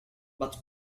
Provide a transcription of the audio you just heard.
but